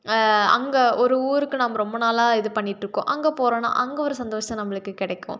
அங்கே ஒரு ஊருக்கு நம்ம ரொம்ப நாளாக இது பண்ணிட்டுருக்கோம் அங்கே போகிறோன்னா அங்கே ஒரு சந்தோசம் நம்மளுக்கு கிடைக்கும்